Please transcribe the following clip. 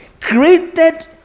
created